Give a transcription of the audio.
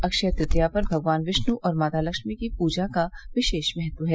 अक्षय तृतीया पर भगवान विष्णु और माता लक्ष्मी की पूजा का विशेष महत्व है